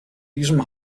diesem